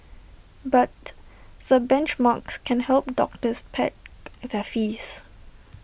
but the benchmarks can help doctors peg their fees